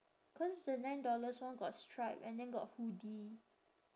cause the nine dollars one got stripe and then got hoodie